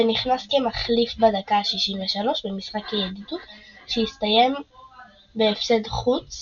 כשנכנס כמחליף בדקה ה-63 במשחק הידידות שהסתיים בהפסד חוץ